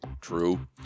true